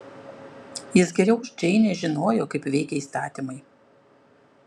jis geriau už džeinę žinojo kaip veikia įstatymai